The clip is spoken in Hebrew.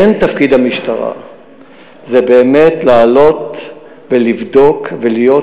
כן תפקיד המשטרה זה באמת לעלות ולבדוק ולהיות